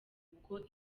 ubwo